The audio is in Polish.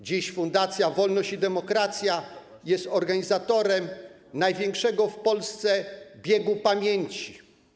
Dziś Fundacja Wolność i Demokracja jest organizatorem największego w Polsce biegu pamięci.